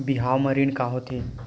बिहाव म ऋण का होथे?